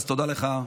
תודה לך,